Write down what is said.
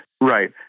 Right